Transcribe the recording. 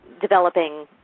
developing